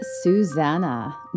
Susanna